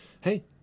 hey